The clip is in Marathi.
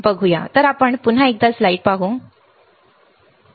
तर आपण पुन्हा एकदा स्लाइड पाहू आपण जे पाहता ते येथे आहे आपण जे पाहता ते आहे